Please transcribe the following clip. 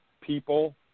people